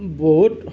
বহুত